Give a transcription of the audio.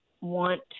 want